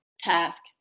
task